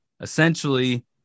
essentially